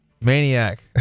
maniac